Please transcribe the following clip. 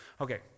Okay